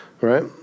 right